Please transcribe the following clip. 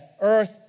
earth